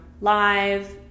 live